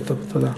תודה.